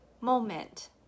moment